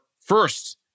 First